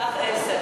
כך אעשה.